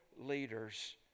leaders